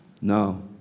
No